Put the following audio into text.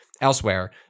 elsewhere